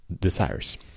desires